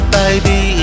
baby